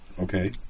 Okay